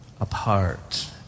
apart